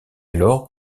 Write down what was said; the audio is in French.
alors